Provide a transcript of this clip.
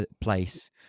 place